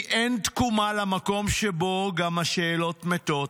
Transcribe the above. כי אין תקומה למקום שבו גם השאלות מתות.